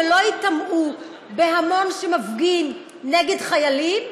ולא ייטמעו בהמון שמפגין נגד חיילים,